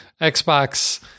Xbox